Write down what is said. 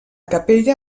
capella